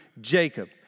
Jacob